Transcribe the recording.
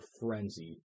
frenzy